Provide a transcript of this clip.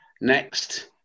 Next